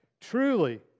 Truly